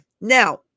now